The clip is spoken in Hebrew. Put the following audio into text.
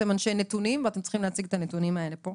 אתם אנשי נתונים ואתם צריכים להציג את הנתונים האלה פה.